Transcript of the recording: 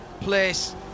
place